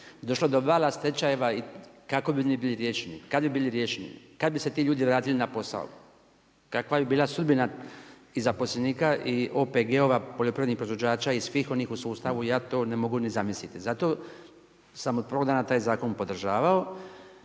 došlo bi do vala stečajeva i kako bi oni bili riješeni, kada bi bili riješeni, kada bi se ti ljudi vratili na posao, kakva bi bila sudbina i zaposlenika i OPG-ova poljoprivrednih proizvođača i svih onih u sustavu, ja to ne mogu ni zamisliti. Zato sam od prvog dana taj zakon podržavao